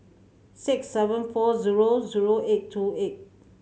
six seven four zero zero eight two eight